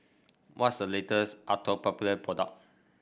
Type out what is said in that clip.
what's the latest Atopiclair product